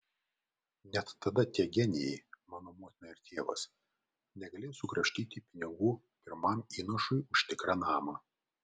net tada tie genijai mano motina ir tėvas negalėjo sukrapštyti pinigų pirmam įnašui už tikrą namą